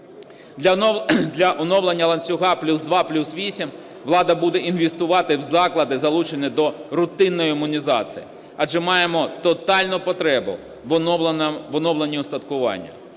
Для оновлення ланцюга "плюс 2 – плюс 8" влада буде інвестувати в заклади, залучені до рутинної імунізації, адже маємо тотальну потребу в оновленні устаткування.